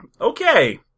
Okay